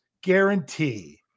guarantee